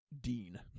dean